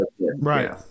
Right